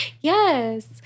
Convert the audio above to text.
Yes